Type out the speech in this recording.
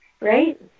right